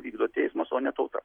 vykdo teismas o ne tauta